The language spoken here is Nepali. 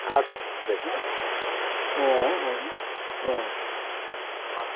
आर्ट्स सब्जेक्टमा अँ अँ अँ अँ